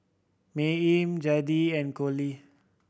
Maymie Zadie and Coley